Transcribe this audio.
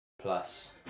plus